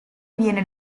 viene